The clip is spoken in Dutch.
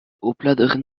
oplader